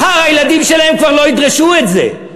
מחר הילדים שלהם כבר לא ידרשו את זה.